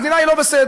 המדינה לא בסדר.